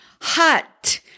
hot